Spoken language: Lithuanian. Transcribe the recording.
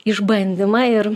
išbandymą ir